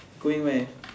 going where